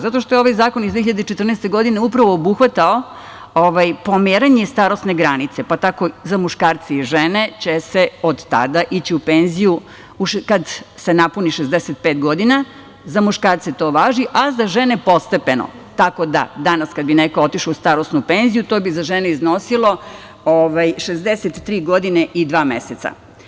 Zato što je ovaj zakon iz 2014. godine upravo obuhvatao pomeranje starosne granice, pa tako i za muškarce i žene će se od tada ići u penziju kada se napuni 65 godina, za muškarce to važi, a za žene postepeno, tako da danas kada bi neko otišao u starosnu penziju, to bi za žene iznosilo 63 godine i dva meseca.